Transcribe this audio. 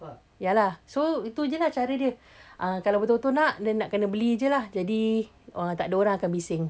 ya lah so tu jer lah cara dia uh kalau betul-betul nak kena beli jer ah jadi uh takde orang akan bising